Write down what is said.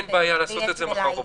אין בעיה לעשות את זה מחר בבוקר.